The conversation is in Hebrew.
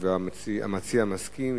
המציע מסכים.